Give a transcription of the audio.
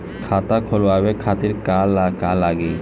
खाता खोलवाए खातिर का का लागी?